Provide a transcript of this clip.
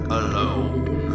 alone